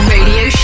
Radio